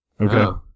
Okay